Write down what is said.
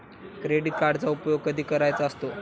Credit कार्डचा उपयोग कधी करायचा असतो?